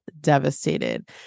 devastated